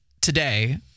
today